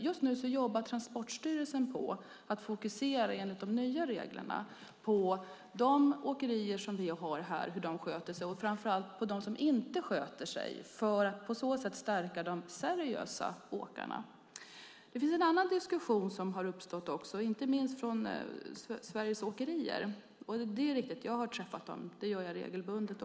Just nu jobbar Transportstyrelsen med att enligt de nya reglerna fokusera på de åkerier som vi har här och hur de sköter sig, och framför allt på dem som inte sköter sig, för att på så sätt stärka de seriösa åkarna. Det har också uppstått en annan diskussion, inte minst från Sveriges åkerier. Jag har träffat dem - det gör jag regelbundet.